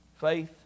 faith